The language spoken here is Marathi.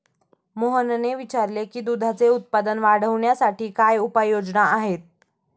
मोहनने विचारले की दुधाचे उत्पादन वाढवण्यासाठी काय उपाय योजना आहेत?